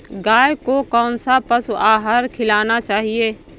गाय को कौन सा पशु आहार खिलाना चाहिए?